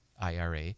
IRA